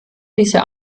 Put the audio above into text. diese